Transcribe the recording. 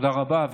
תודה רבה.